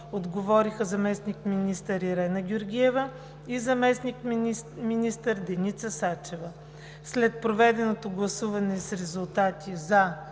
отговориха заместник-министър Ирена Георгиева и заместник-министър Деница Сачева. След проведено гласуване с резултати: